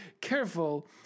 careful